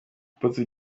apotre